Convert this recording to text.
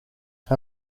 her